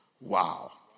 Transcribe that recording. Wow